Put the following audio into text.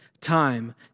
time